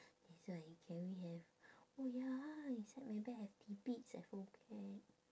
that's why can we have oh ya ah inside my bag have tidbits I forget